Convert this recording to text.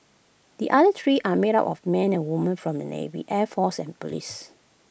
the other three are made up of men and women from the navy air force and Police